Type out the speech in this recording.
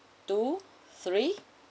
two three